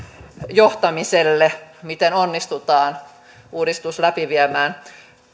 johtamiselle miten onnistutaan uudistus läpi viemään